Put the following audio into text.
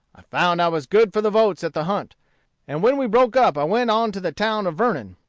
i found i was good for the votes at the hunt and when we broke up i went on to the town of vernon,